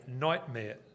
nightmare